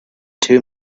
two